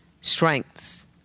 strengths